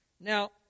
Now